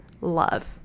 love